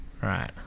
Right